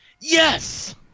Yes